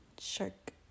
Shark